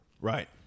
Right